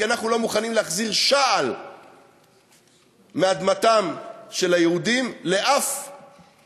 כי אנחנו לא מוכנים להחזיר שעל מאדמתם של היהודים לשום אדם,